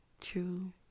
true